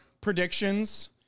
predictions